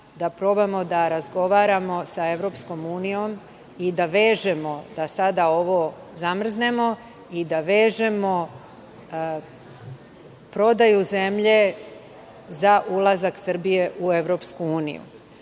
da probamo da razgovaramo sa EU i da vežemo, da sada ovo zamrznemo i da vežemo prodaju zemlje za ulazak Srbije u EU. Ukoliko